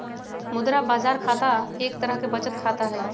मुद्रा बाजार खाता एक तरह के बचत खाता हई